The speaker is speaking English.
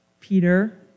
Peter